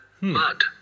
mud